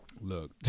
look